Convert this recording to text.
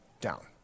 down